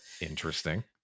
interesting